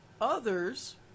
others